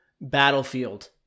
Battlefield